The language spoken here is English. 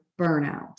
burnout